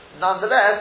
Nonetheless